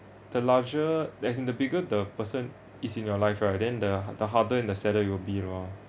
the larger as in the bigger the person is in your life right then the the harder and the sadder it will be loh